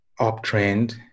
uptrend